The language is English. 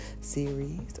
series